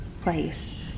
place